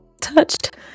touched